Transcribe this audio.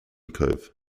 cove